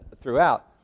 throughout